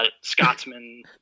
Scotsman